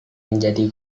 menjadi